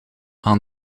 aan